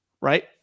right